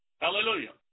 Hallelujah